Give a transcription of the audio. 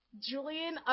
Julian